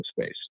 space